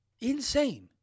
insane